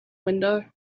window